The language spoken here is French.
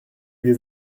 des